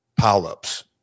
pileups